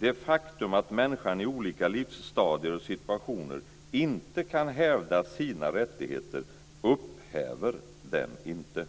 Det faktum att människan i olika livsstadier och situationer inte kan hävda sina rättigheter upphäver dem inte.